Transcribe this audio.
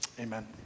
amen